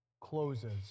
Closes